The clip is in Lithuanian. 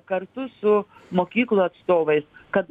kartu su mokyklų atstovais kad